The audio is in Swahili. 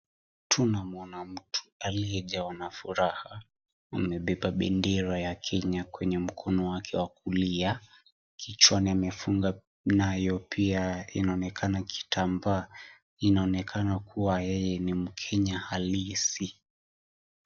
Tunamwona mtu aliyejawa na furaha amebeba bendera ya Kenya kwenye mkono wake wa kulia kichwani amefunga nayo pia inaonekana kitambaa inaonekana kuwa yeye ni Mkenya halisi.